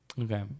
okay